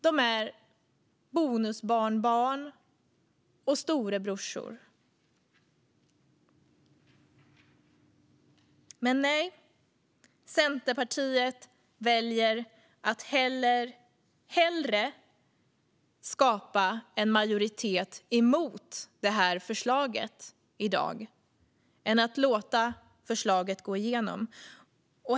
De är bonusbarnbarn och storebrorsor. Men nej, Centerpartiet väljer att hellre skapa en majoritet emot det här förslaget i dag än att låta förslaget gå igenom.